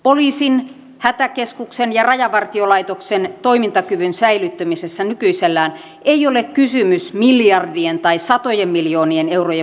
poliisin hätäkeskusten ja rajavartiolaitoksen toimintakyvyn säilyttämisessä nykyisellään ei ole kysymys miljardien tai satojen miljoonien eurojen vuosikorotuksista